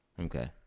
Okay